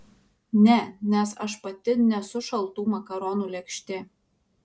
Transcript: ne nes aš pati nesu šaltų makaronų lėkštė